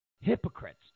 hypocrites